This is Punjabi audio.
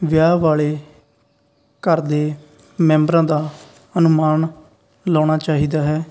ਵਿਆਹ ਵਾਲੇ ਘਰ ਦੇ ਮੈਂਬਰਾਂ ਦਾ ਅਨੁਮਾਨ ਲਾਉਣਾ ਚਾਹੀਦਾ ਹੈ